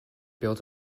built